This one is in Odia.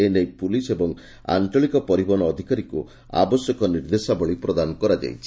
ଏନେଇ ପୁଲିସ ଏବଂ ଆଞ୍ଚଳିକ ପରିବହନ ଅଧିକାରୀଙ୍କୁ ଆବଶ୍ୟକ ନିର୍ଦ୍ଦେଶାବଳୀ ପ୍ରଦାନ କରାଯାଇଛି